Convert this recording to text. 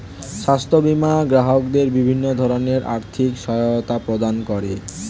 স্বাস্থ্য বীমা গ্রাহকদের বিভিন্ন ধরনের আর্থিক সহায়তা প্রদান করে